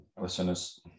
listeners